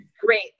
great